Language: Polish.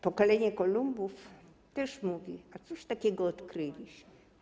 Pokolenie Kolumbów też mówi: A cóż takiego odkryliśmy?